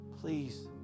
please